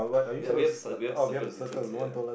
ya we have cir~ we have circle the difference ya